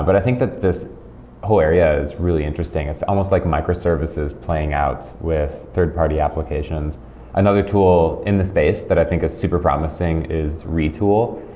but i think that this whole area is really interesting. it's almost like microservices playing out with third-party applications another tool in the space that i think is super promising is retool.